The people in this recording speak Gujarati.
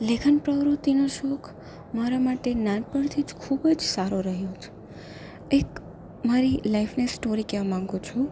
લેખન પ્રવૃતિનો શોખ મારા માટે મારા માટે નાનપણથી જ ખૂબ જ સારો રહ્યો છે એક મારી લાઈફની સ્ટોરી કહેવા માંગુ છું